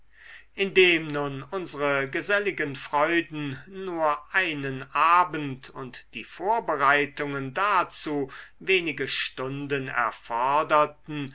indem nun unsere geselligen freuden nur einen abend und die vorbereitungen dazu wenige stunden erforderten